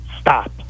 Stop